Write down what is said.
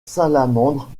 salamandre